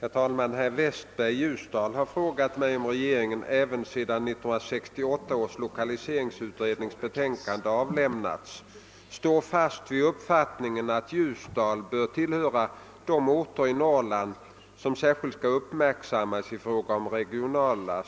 Herr talman! Herr Westberg i Ljusdal har frågat mig om regeringen även sedan 1968 års lokaliseringsutrednings betänkande avlämnats står fast vid uppfattningen att Ljusdal bör tillhöra de orter i Norrland som särskilt skall uppmärksammas i fråga om regionala